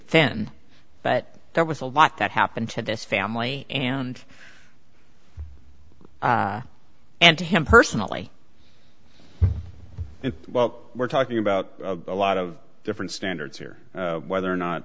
thin but there was a lot that happened to this family and and to him personally well we're talking about a lot of different standards here whether or not